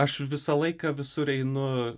aš visą laiką visur einu